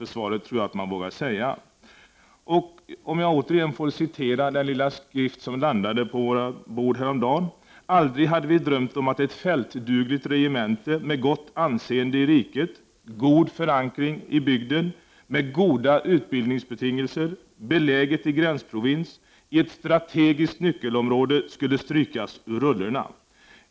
Det tror jag man vågar säga. Får jag återigen citera den lilla skrift som landade på våra bord häromdagen: ”Aldrig hade vi drömt om att ett fältdugligt regemente, med gott anseende i riket; god förankring i bygden, med goda utbildningsbetingelser, beläget i gränsprovins, i ett strategiskt nyckelområde, skulle strykas ur rullorna.